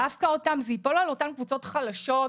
זה ייפול על אותן קבוצות חלשות,